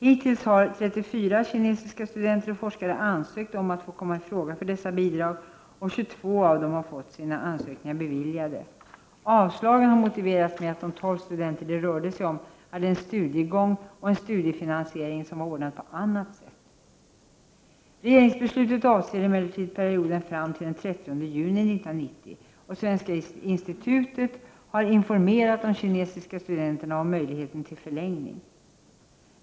Hittills har 34 kinesiska studenter och forskare ansökt om att få komma i fråga för dessa bidrag, och 22 av dem har fått sina ansökningar beviljade. Avslagen har motiverats med att de 12 studenter det rörde sig om hade en studiegång och en studiefinansiering som var ordnad på annat sätt. Regeringsbeslutet avser emellertid perioden fram till den 30 juni 1990, och Svenska Institutet har informerat de kinesiska studenterna om möjligheten till förlängning.